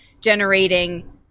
generating